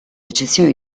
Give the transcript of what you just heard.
eccezione